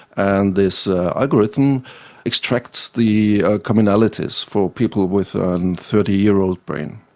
and this algorithm extracts the commonalities for people with ah and thirty year old brains.